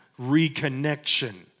reconnection